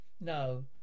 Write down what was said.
No